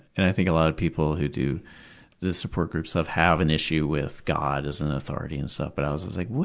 and i think a lot of people who do the support groups have an issue with god as an authority and stuff, but i was was like,